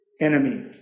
enemy